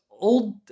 old